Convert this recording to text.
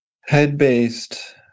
head-based